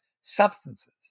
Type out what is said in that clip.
substances